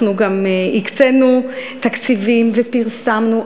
אנחנו גם הקצינו תקציבים ופרסמנו.